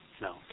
no